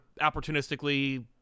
opportunistically